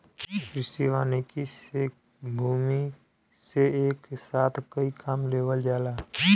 कृषि वानिकी से भूमि से एके साथ कई काम लेवल जाला